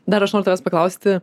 dar aš noriu tavęs paklausti